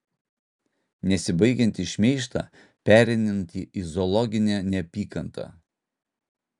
nesibaigiantį šmeižtą pereinantį į zoologinę neapykantą